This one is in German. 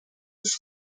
ist